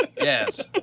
Yes